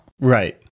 Right